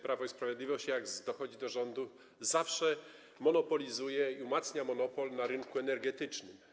Prawo i Sprawiedliwość, jak dochodzi do władzy, do rządu, zawsze monopolizuje i umacnia monopol na rynku energetycznym.